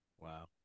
Wow